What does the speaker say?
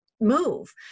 move